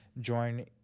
join